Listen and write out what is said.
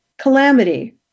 calamity